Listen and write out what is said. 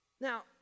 Now